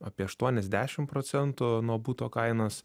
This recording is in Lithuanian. apie aštuoniasdešim procentų nuo buto kainos